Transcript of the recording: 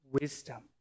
wisdom